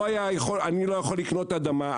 אני לא יכול לקנות אדמה,